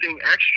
extra